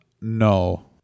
no